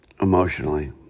emotionally